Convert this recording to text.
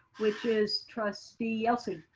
which is trustee yelsey.